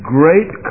great